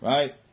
Right